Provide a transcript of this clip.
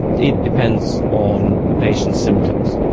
it depends on the patient's symptoms.